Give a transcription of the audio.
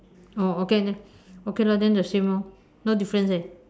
oh okay then okay lah then the same lor no difference eh